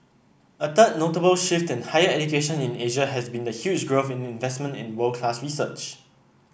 a third notable shift in higher education in Asia has been the huge growth in investment in world class research